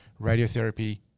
radiotherapy